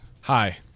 Hi